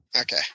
Okay